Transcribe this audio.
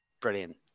Brilliant